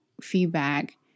feedback